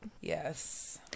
Yes